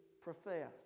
profess